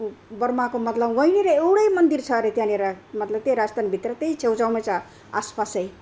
ब्रमाको मतलब वहीँनिर एउटै मन्दिर छ हरे त्यहाँनिर मतलब त्यही राजस्थानभित्र त्यही छेउछाउमा छ आसपासै